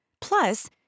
Plus